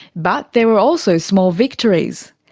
but there were also small victories.